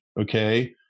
Okay